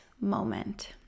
moment